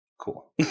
Cool